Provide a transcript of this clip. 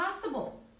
possible